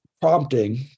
prompting